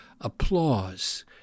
applause